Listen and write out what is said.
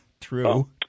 true